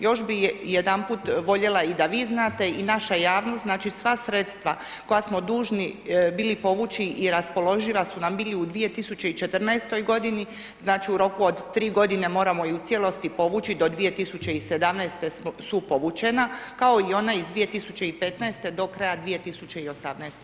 Još bih jedanput voljela i da vi znate i naša javnost, znači sva sredstva koja smo dužni bili povući i raspoloživa su nam bila u 2014. godini, znači u roku od 3 godine moramo ju u cijelosti povući do 2017. su povućena kao i ona iz 2015. do kraja 2018. godine.